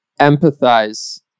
empathize